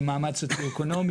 למעמד סוציו-אקונומי,